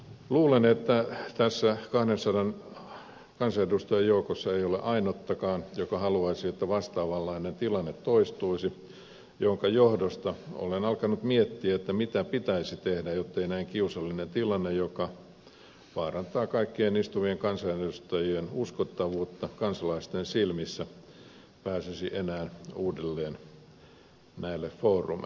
luulen että tässä kahdensadan kansanedustajan joukossa ei ole ainuttakaan joka haluaisi että vastaavanlainen tilanne toistuisi minkä johdosta olen alkanut miettiä mitä pitäisi tehdä jottei näin kiusallinen tilanne joka vaarantaa kaikkien istuvien kansanedustajien uskottavuutta kansalaisten silmissä pääsisi enää uudelleen näille foorumeille